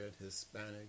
Hispanic